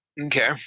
Okay